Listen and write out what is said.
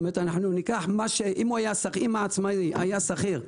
כלומר אם העצמאי היה שכיר,